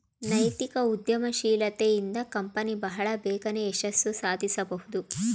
ನೈತಿಕ ಉದ್ಯಮಶೀಲತೆ ಇಂದ ಕಂಪನಿ ಬಹಳ ಬೇಗನೆ ಯಶಸ್ಸು ಸಾಧಿಸಬಹುದು